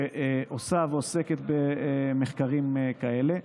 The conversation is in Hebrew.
שעושה ועוסקת במחקרים כאלה.